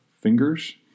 fingers